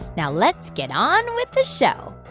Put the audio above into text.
now let's get on with the show